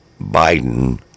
Biden